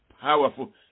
powerful